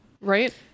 right